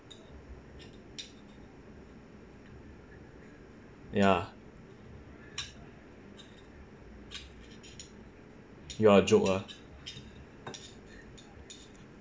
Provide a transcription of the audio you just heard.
ya ya joke ah